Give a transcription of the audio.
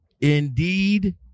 Indeed